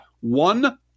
one